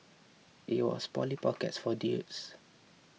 it was Polly Pocket for dudes